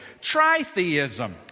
Tritheism